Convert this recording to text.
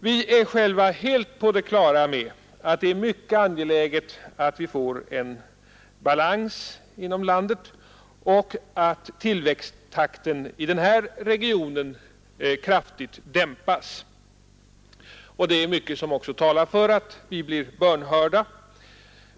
Vi är själva helt på det klara med att det är mycket angeläget att vi får en balans inom landet och att tillväxttakten i den här regionen kraftigt dämpas. Det är också mycket som talar för att vi blir bönhörda.